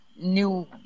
new